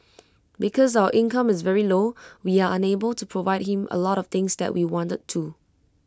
because our income is very low we are unable to provide him A lot of things that we wanted to